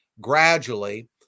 gradually